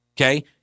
Okay